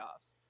playoffs